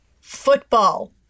football